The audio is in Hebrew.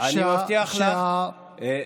חברת